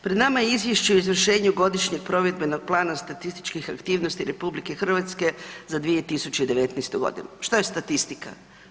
Pred nama je Izvješće o izvršenju godišnjeg provedbenog plana statističkih aktivnosti RH za 2019.g. Što je statistika?